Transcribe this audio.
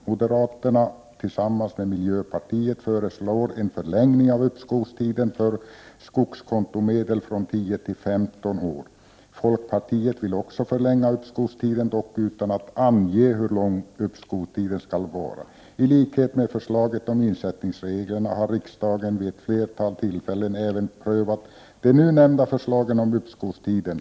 Moderaterna och miljöpartiet föreslår en förlängning av uppskovstiden för skogskontomedel från 10 till 15 år. Folkpartiet vill också förlänga uppskovstiden, dock utan att ange hur lång uppskovstiden skall vara. I likhet med förslaget om insättningsreglerna har riksdagen vid flera tillfällen även prövat de nu nämnda förslagen om uppskovstiden.